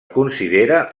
considera